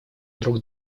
друг